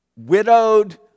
Widowed